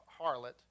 harlot